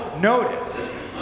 Notice